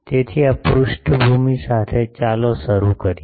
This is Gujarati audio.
તેથી આ પૃષ્ઠભૂમિ સાથે ચાલો શરૂ કરીએ